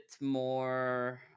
more